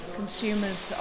consumers